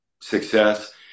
success